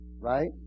right